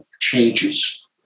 changes